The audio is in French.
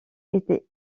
était